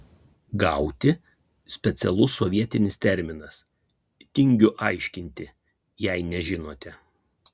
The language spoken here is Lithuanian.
gauti specialus sovietinis terminas tingiu aiškinti jei nežinote